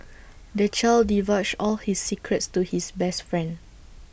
the child divulged all his secrets to his best friend